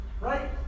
right